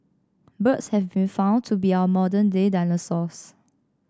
birds have been found to be our modern day dinosaurs